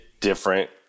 different